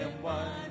One